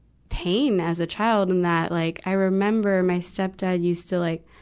pain as a child, in that like i remember my stepdad used to like,